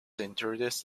introduced